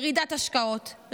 ירידת השקעות,